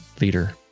leader